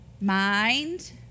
mind